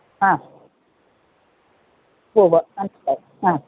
ആ ഉവ്വ് ഉവ്വ് മനസിലായി ആ